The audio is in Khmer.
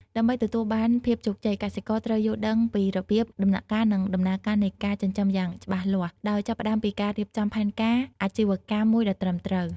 ដើម្បីទទួលបានភាពជោគជ័យ កសិករត្រូវយល់ដឹងពីរបៀប ដំណាក់កាល និងដំណើរការនៃការចិញ្ចឹមយ៉ាងច្បាស់លាស់ ដោយចាប់ផ្តើមពីការរៀបចំផែនការអាជីវកម្មមួយដ៏ត្រឹមត្រូវ។